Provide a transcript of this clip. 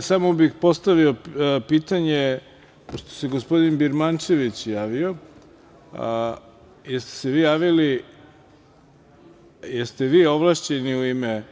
Samo bih postavio pitanje, pošto se gospodin Birmančević javio, jeste li vi ovlašćeni u ime